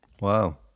Wow